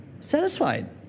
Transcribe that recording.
satisfied